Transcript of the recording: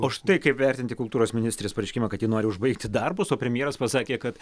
o štai kaip vertinti kultūros ministrės pareiškimą kad ji nori užbaigti darbus o premjeras pasakė kad